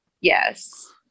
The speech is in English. Yes